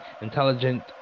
intelligent